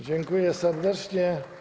Dziękuję serdecznie.